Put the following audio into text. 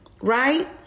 right